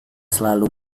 selalu